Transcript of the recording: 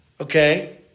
Okay